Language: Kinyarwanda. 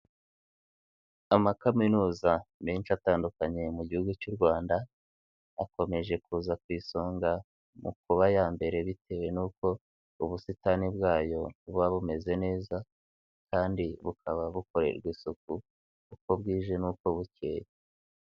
Amakaminuza menshi atandukanye mu gihugu cy'u Rwanda, akomeje kuza ku isonga mu kuba aya mbere bitewe nuko ubusitani bwayo buba bumeze neza kandi bukaba bukorerwa isuku uko bwije nuko bukeye.